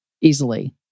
easily